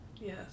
Yes